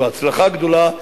זו הצלחה גדולה,